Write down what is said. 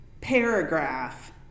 Paragraph